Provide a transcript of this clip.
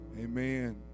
Amen